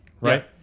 right